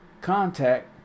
contact